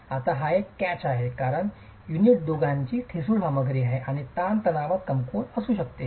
आता हा एक कॅच आहे कारण युनिट दोघांची ठिसूळ सामग्री आहे आणि ताणतणावात कमकुवत असू शकते